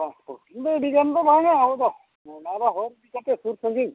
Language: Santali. ᱚᱻ ᱦᱚᱸ ᱤᱧᱫᱚ ᱟᱹᱰᱤᱜᱟᱱ ᱫᱚ ᱵᱟᱝᱟ ᱟᱵᱚ ᱫᱚ ᱚᱱᱟᱫᱚ ᱦᱚᱨ ᱤᱫᱤ ᱠᱟᱛᱮᱫ ᱥᱩᱨ ᱥᱟᱺᱜᱤᱧ